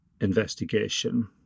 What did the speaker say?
investigation